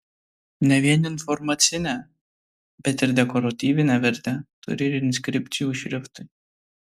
ne vien informacinę bet ir dekoratyvinę vertę turi ir inskripcijų šriftai